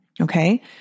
Okay